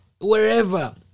wherever